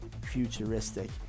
futuristic